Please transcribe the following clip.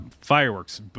Fireworks